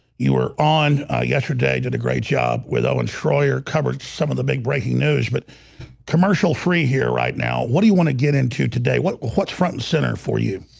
you were on yesterday did a great job with owen shroyer, covered some of the big breaking news, but commercial-free here right now. what do you want to get into today? what's front and center for you?